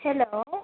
hello